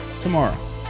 tomorrow